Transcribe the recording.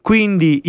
Quindi